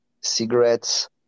Cigarettes